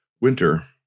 winter